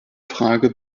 frage